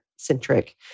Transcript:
centric